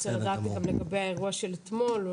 רוצה לדעת גם לגבי האירוע של אתמול.